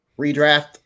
redraft